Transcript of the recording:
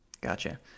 Gotcha